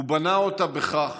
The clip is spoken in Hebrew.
הוא בנה אותה בכך